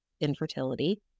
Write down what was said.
infertility